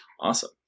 awesome